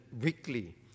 weekly